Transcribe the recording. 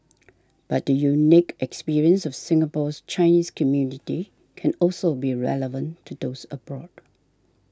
but the unique experience of Singapore's Chinese community can also be relevant to those abroad